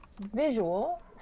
visual